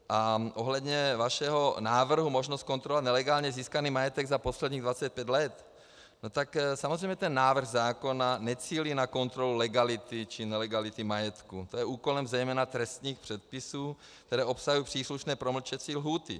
A ohledně vašeho návrhu možnosti kontrolovat nelegálně získaný majetek za posledních 25 let, tak samozřejmě ten návrh zákona necílí na kontrolu legality či nelegality majetku, to je úkolem zejména trestních předpisů, které obsahují příslušné promlčecí lhůty.